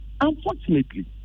Unfortunately